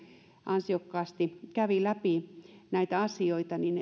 ansiokkaasti kävi läpi näitä asioita niin